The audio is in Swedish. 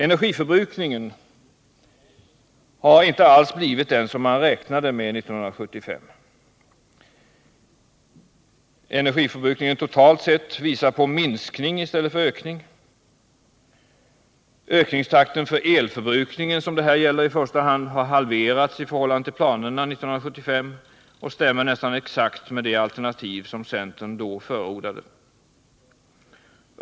Energiförbrukningen har inte alls blivit den som man räknade med 1975. Totalt sett uppvisar energiförbrukningen en minskning i stället för en ökning. Ökningstakten när det gäller elförbrukning, som det här i första hand gäller, har halverats i förhållande till planerna 1975 och stämmer nästan exakt med det alternativ som centern då förordade.